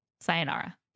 sayonara